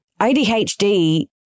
ADHD